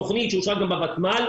בתכנית שאושרה גם בוותמ"ל,